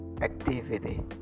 activity